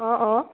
অঁ অঁ